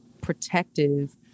protective